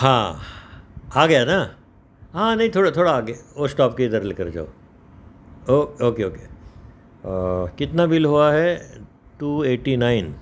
हा आ गया ना हा नाई थोडा थोडा वो स्टॉपके इधर लेकर जाओ ओके ओके कितना बिल हुआ है टू एटी नाईन